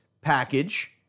package